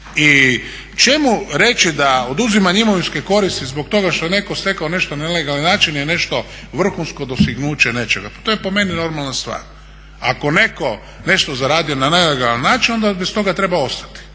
I čemu reći da oduzimanje imovinske koristi zbog toga što je netko stekao nešto na ilegalan način je nešto vrhunsko dostignuće nečega. Pa to je po meni normalna stvar. Ako je netko nešto zaradio na nelegalan način onda bi stoga trebao ostati